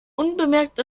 unbemerkt